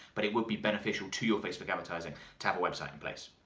but it would be beneficial to your facebook advertising to have a website in place.